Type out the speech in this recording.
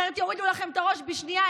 אחרת יורידו לכם את הראש בשנייה.